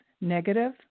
negative